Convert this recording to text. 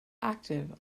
active